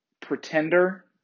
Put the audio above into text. Pretender